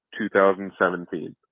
2017